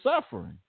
suffering